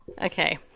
Okay